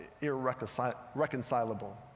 irreconcilable